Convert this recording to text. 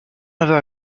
other